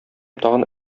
тагын